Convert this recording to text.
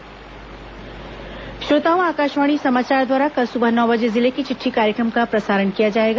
जिले की चिटठी श्रोताओं आकाशवाणी समाचार द्वारा कल सुबह नौ बजे जिले की चिट्ठी कार्यक्रम का प्रसारण किया जाएगा